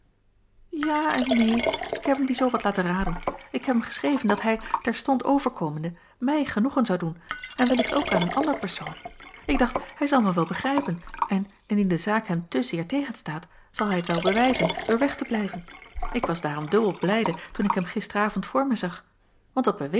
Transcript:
ja en neen ik heb hem die zoo wat laten raden ik heb hem geschreven dat hij terstond overkomende mij genoegen zou doen en wellicht ook aan een ander persoon ik dacht hij zal mij wel begrijpen en indien de zaak hem te zeer tegenstaat zal hij het wel bewijzen door weg te blijven ik was daarom dubbel blijde toen ik hem jacob van